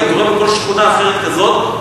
זה קורה בכל שכונה אחרת כזאת,